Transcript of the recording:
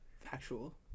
Factual